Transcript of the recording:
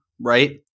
right